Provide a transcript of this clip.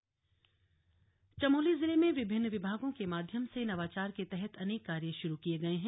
विकास कार्य चमोली जिले में विभिन्न विभागों के माध्यम से नवाचार के तहत अनेक कार्य शुरू किए गए हैं